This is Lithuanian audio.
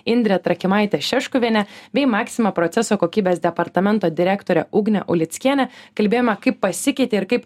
indre trakimaite šeškuviene bei maxima proceso kokybės departamento direktore ugne ulickiene kalbėjoma kaip pasikeitė ir kaip